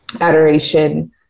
adoration